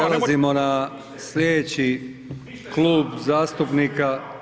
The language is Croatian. Prelazimo na slijedeći Klub zastupnika…